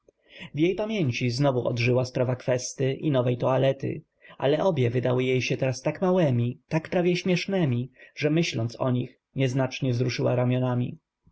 w jej pamięci znowu odżyła sprawa kwesty i nowej toalety ale obie wydały się jej tak małemi tak prawie śmiesznemi że myśląc o nich nieznacznie wzruszyła ramionami